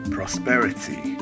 Prosperity